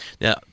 Now